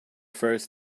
first